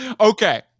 Okay